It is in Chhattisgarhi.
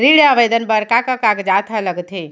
ऋण आवेदन दे बर का का कागजात ह लगथे?